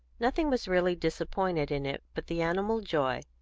nothing was really disappointed in it but the animal joy,